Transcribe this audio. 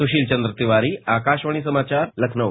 सुशील चंद्र तिवारी आकाशवाणी समाचार लखनऊ